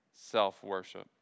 self-worship